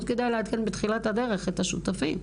מאוד כדאי לעדכן בתחילת הדרך את השותפים.